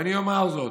ואני אומר זאת,